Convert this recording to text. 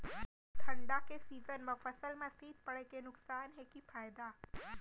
ठंडा के सीजन मा फसल मा शीत पड़े के नुकसान हे कि फायदा?